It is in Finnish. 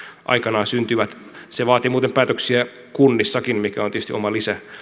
aikanaan syntyvät se vaatii muuten päätöksiä kunnissakin mikä on tietysti oma